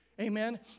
Amen